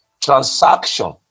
transaction